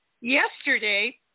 yesterday